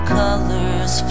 colors